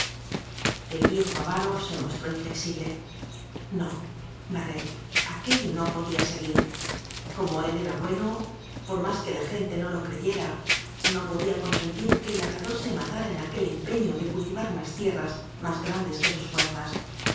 cuatro v i se mostró inflexible y no barret aquello no podía seguir como él era bueno por más que la gente no lo creyera no podía consentir que el labrador se matara en aquel empeño de cultivar unas tierras más grandes que sus fuerzas